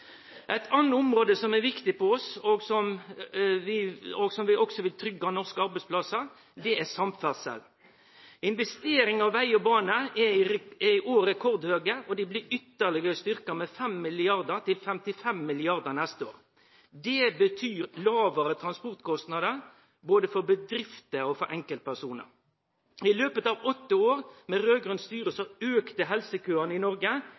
Eit anna område som er viktig for oss, og som også vil tryggje norske arbeidsplassar, er samferdsel. Investeringane i veg og bane er i år rekordhøge og blir ytterlegare styrkte med 5 mrd. kr – til 55 mrd. kr neste år. Det betyr lågare transportkostnader både for bedrifter og for enkeltpersonar. I løpet av åtte år med raud-grønt styre auka helsekøane i Noreg.